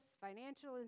financial